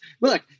Look